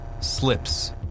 slips